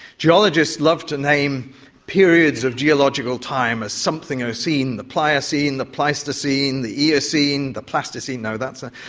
geologists love to name periods of geological time as something-ocene the pliocene, the pleistocene, the eocene, the plasticine, no, that's ah